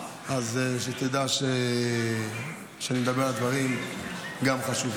אז שתדע שאני מדבר גם על דברים חשובים.